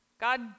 God